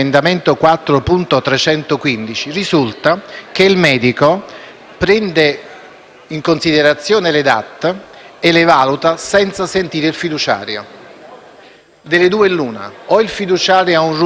prende in considerazione le DAT e le valuta senza sentire il fiduciario. Delle due l'una: o il fiduciario ha un ruolo dialogico e costruttivo in una relazione di cura, oppure